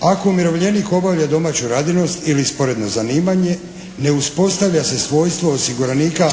Ako umirovljenik obavlja domaću radinost ili sporedno zanimanje, ne uspostavlja se svojstvo osiguranika